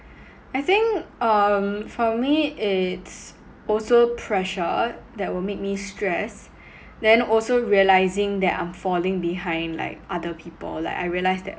I think um for me it's also pressure that will make me stressed then also realising that I'm falling behind like other people like I realised that